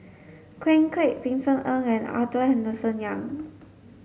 Ken Kwek Vincent Ng and Arthur Henderson Young